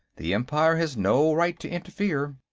the empire has no right to interfere.